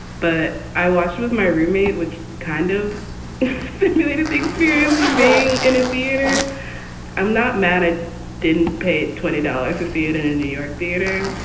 but i was with my roommate, which kind of simulated be experiencing being in a theater i'm not mad and ah didn't pay twenty dollars to see it in a new york theater.